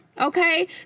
Okay